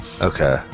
Okay